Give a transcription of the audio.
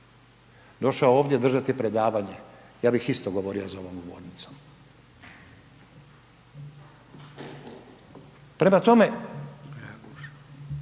došao ovdje držati predavanje, ja bih isto govorio za ovom govornicom. Prema tome,